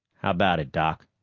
how about it, doc?